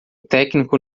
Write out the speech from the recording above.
técnico